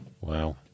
Wow